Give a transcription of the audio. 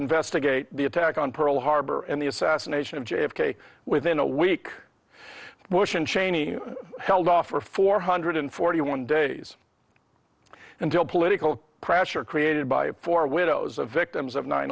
investigate the attack on pearl harbor and the assassination of j f k within a week bush and cheney held off for four hundred forty one days until political pressure created by four widows of victims of nine